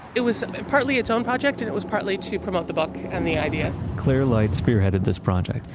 it was partly its own project, and it was partly to promote the book, and the idea. claire light spearheaded this project,